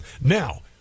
Now